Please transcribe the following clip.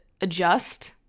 adjust